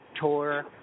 tour